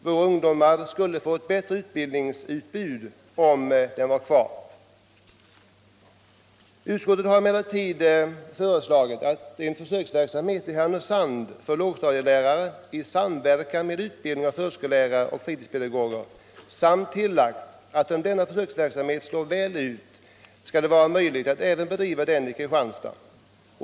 Våra ungdomar skulle få ett bättre utbildningsutbud om skolan var kvar. Utskottet har emellertid föreslagit en försöksverksamhet i Härnösand för lågstadielärare i samverkan med utbildning av förskollärare och fritidspedagoger samt tillagt, att om denna försöksverksamhet slår väl ut skall det vara möjligt att bedriva den även i Kristianstad.